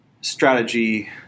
strategy